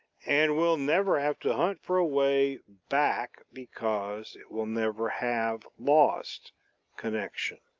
and will never have to hunt for a way back because it will never have lost connection.